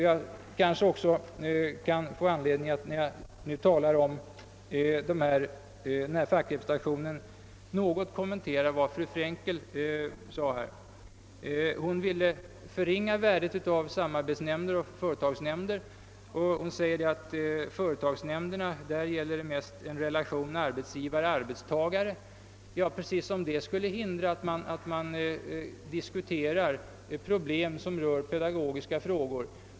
Jag kanske kan få anledning att, när jag nu talar om fackrepresentationen, något kommentera vad fru Frankel sade här. Hon ville förringa värdet av samarbetsnämnder och företagsnämnder. Hon sade att vad beträffar företagsnämnderna gäller det mest relationen mellan arbetsgivare och arbetstagare, precis som om det skulle hindra, att man diskuterar problem som rör pedagogiska frågor.